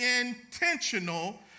intentional